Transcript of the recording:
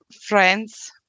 friends